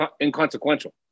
inconsequential